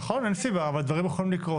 נכון, אין סיבה, אבל דברים יכולים לקרות.